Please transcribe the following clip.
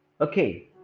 Okay